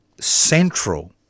central